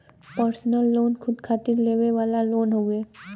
personal loan खुद खातिर लेवे वाला लोन हउवे